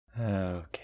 Okay